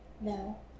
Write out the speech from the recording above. No